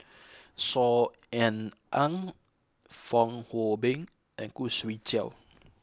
Saw Ean Ang Fong Hoe Beng and Khoo Swee Chiow